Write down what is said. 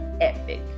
epic